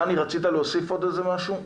דני, רצית להוסיף עוד איזה משהו?